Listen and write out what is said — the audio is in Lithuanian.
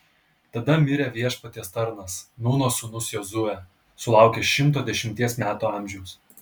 tada mirė viešpaties tarnas nūno sūnus jozuė sulaukęs šimto dešimties metų amžiaus